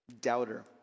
doubter